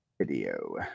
video